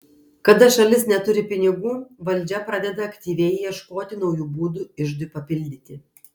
kada šalis neturi pinigų valdžia pradeda aktyviai ieškoti naujų būdų iždui papildyti